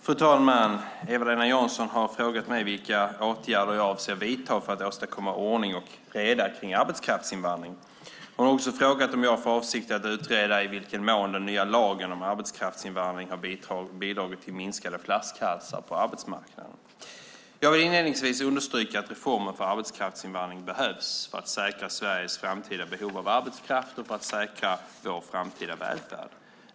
Fru talman! Eva-Lena Jansson har frågat mig vilka åtgärder jag avser att vidta för att åstadkomma ordning och reda kring arbetskraftsinvandring. Hon har också frågat om jag har för avsikt att utreda i vilken mån den nya lagen om arbetskraftsinvandring har bidragit till minskade flaskhalsar på arbetsmarknaden. Jag vill inledningsvis understryka att reformen för arbetskraftsinvandring behövs för att säkra Sveriges framtida behov av arbetskraft och för att säkra vår framtida välfärd.